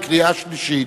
קריאה שלישית.